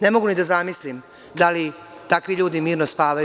Ne mogu ni da zamislim da li takvi ljudi mirno spavaju.